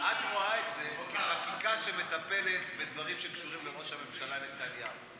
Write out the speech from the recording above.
את רואה את זה כחקיקה שמטפלת בדברים שקשורים לראש הממשלה נתניהו.